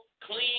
clean